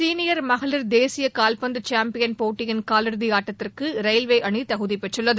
senior மகளிர் தேசியகால்பந்துசாம்பியன் போட்டியின் காலிறுதிஆட்டத்திற்குரயில்வேஅணிதகுதிபெற்றுள்ளது